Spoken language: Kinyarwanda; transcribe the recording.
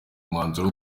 umwanzuro